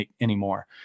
anymore